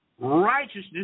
Righteousness